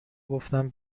گفتم